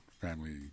family